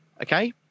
okay